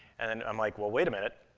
and then i'm like, well, wait a minute.